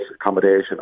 accommodation